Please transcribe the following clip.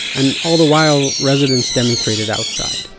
and all the while residents demonstrated outside.